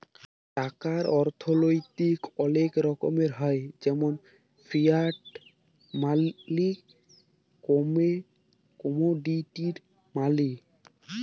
টাকার অথ্থলৈতিক অলেক রকমের হ্যয় যেমল ফিয়াট মালি, কমোডিটি মালি